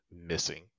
missing